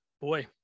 boy